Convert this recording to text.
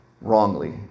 wrongly